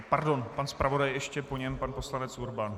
Pardon, pan zpravodaj ještě, po něm pan poslanec Urban.